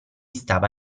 stava